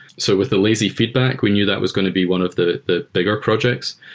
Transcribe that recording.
so with the lazy feedback, we knew that was going to be one of the the bigger projects.